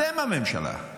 אתם הממשלה.